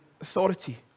authority